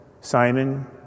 Simon